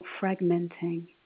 fragmenting